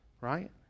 right